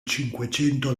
cinquecento